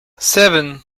seven